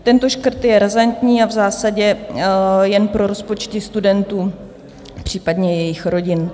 Tento škrt je razantní a v zásadě jen pro rozpočty studentů, případně jejich rodin.